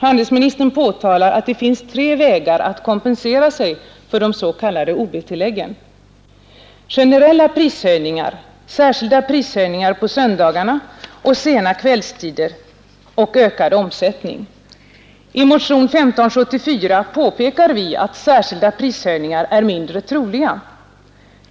Handelsministern påtalar att det finns tre vägar att kompensera sig för de s.k. ob-tilläggen: generella prishöjningar, särskilda prishöjningar på söndagarna och sena kvällstider samt ökad omsättning. I motionen 1574 påpekar vi att särskilda prishöjningar är mindre troliga.